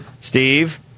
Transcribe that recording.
Steve